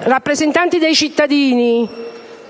rappresentanti dei cittadini,